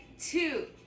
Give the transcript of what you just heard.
two